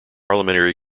parliamentary